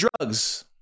drugs